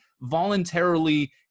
voluntarily